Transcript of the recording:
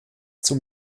zum